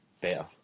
better